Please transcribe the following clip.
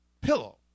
pillow